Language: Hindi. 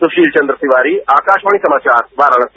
सुशील चन्द्र तिवारी आकाशवाणी समाचार वाराणसी